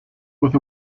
with